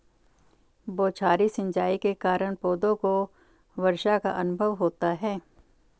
बौछारी सिंचाई के कारण पौधों को वर्षा का अनुभव होता है